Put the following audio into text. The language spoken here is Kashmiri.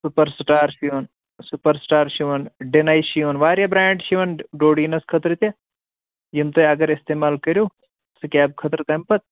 سُپر سٹار چھُ یِوان سُپر سِٹار چھُ یِوان ڈِنے چھُ یِوان واریاہ برٛینٛڈ چھِ یِوان ڈوڈیٖنس خأطرٕ تہِ یِمہٕ تُہۍ اگر استعمال کٔرِو سِکیب خأطرٕ تَمہِ پتہٕ